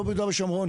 לא ביהודה ושומרון,